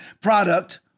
product